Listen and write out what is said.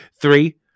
Three